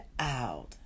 out